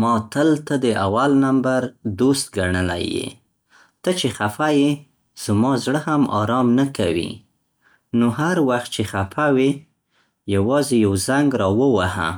ما تل ته د اول نمبر دوست ګڼلی یې. ته چې خفه یې، زما زړه هم ارام نه کوي. نو هر وخت چې خپه وې، یوازې یو زنګ راووهه.